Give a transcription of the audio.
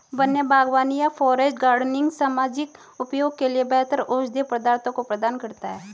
वन्य बागवानी या फॉरेस्ट गार्डनिंग सामाजिक उपयोग के लिए बेहतर औषधीय पदार्थों को प्रदान करता है